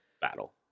battle